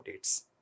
updates